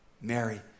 Mary